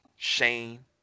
Shane